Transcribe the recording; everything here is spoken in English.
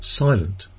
silent